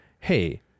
hey